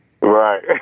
right